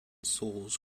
souls